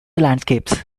landscapes